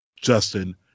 Justin